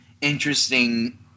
interesting